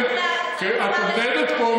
את מתנהגת פה,